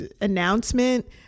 announcement